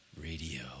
radio